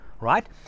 right